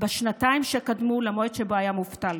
בשנתיים שקדמו ליום שבו היה מובטל.